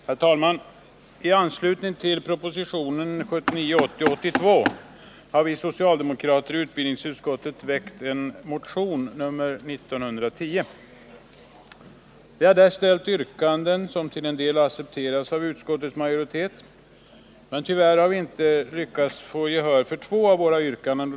Herr talman! I anslutning till propositionen 1979/80:82 har vi socialdemokrater i utbildningsutskottet väckt en motion, motion nr 1910. Vi har där framställt yrkanden som till en del har accepterats av utskottets majoritet, men tyvärr har vi inte lyckats få gehör för två av våra yrkanden.